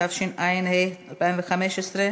התשע"ה 2015,